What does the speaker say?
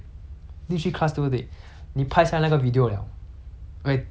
okay 拍下那个 video liao 对不对他放去 group 里面 liao 对不对